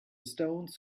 stones